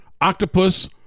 octopus